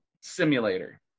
simulator